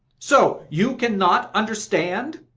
so you cannot understand?